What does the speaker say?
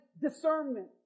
discernment